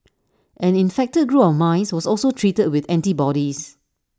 an infected group of mice was also treated with antibodies